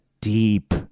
deep